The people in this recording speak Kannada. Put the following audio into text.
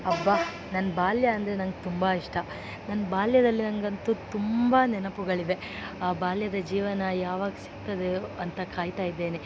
ಅಬ್ಬಾ ನನ್ನ ಬಾಲ್ಯ ಅಂದರೆ ನಂಗೆ ತುಂಬ ಇಷ್ಟ ನನ್ನ ಬಾಲ್ಯದಲ್ಲಿ ನನಗಂತು ತುಂಬ ನೆನಪುಗಳಿವೆ ಆ ಬಾಲ್ಯದ ಜೀವನ ಯಾವಾಗ ಸಿಗ್ತದೆಯೋ ಅಂತ ಕಾಯ್ತಾ ಇದ್ದೇನೆ